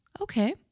Okay